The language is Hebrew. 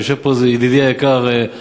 יושב פה ידידי היקר,